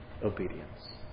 obedience